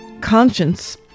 conscience